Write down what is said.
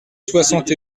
soixante